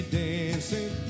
dancing